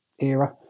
era